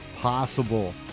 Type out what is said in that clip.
possible